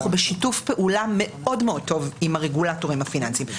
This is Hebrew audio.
אנחנו בשיתוף פעולה מאוד טוב עם הרגולטורים הפיננסיים.